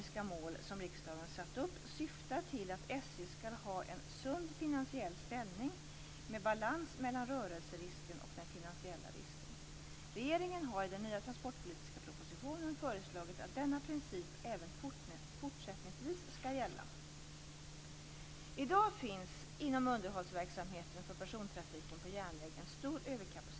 SJ skall ha en sund finansiell ställning med balans mellan rörelserisken och den finansiella risken. Regeringen har i den nya transportpolitiska propositionen föreslagit att denna princip även fortsättningsvis skall gälla. I dag finns inom underhållsverksamheten för persontrafiken på järnvägen en stor överkapacitet.